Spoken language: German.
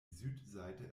südseite